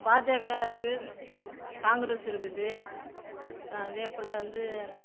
பாஜக இருக்குது காங்கிரஸு இருக்குது க அதே போல் வந்து